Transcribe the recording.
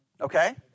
Okay